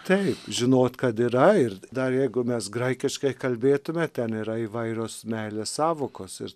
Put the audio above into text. taip žinot kad yra ir dar jeigu mes graikiškai kalbėtume ten yra įvairios meilės sąvokos ir